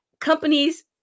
companies